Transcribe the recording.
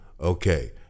okay